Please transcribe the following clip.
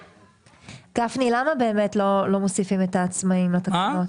גפני, למה באמת לא מוסיפים את העצמאים לתקנות?